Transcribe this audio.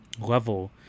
level